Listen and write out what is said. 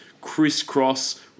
crisscross